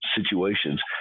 situations